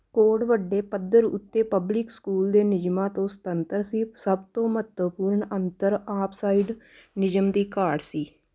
code ਵੱਡੇ ਪੱਧਰ ਉੱਤੇ ਪਬਲਿਕ ਸਕੂਲ ਦੇ ਨਿਯਮਾਂ ਤੋਂ ਸੁਤੰਤਰ ਸੀ ਸਭ ਤੋਂ ਮਹੱਤਵਪੂਰਨ ਅੰਤਰ ਆਫਸਾਈਡ ਨਿਯਮ ਦੀ ਘਾਟ ਸੀ